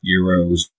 Euros